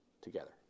together